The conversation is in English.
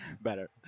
Better